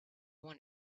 one